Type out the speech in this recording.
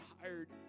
tired